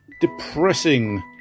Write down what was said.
depressing